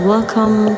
Welcome